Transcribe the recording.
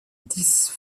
dix